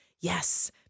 yes